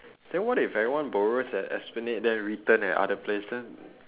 then what if everyone borrows at esplanade and return at other place then